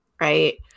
right